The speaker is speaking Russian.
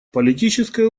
политической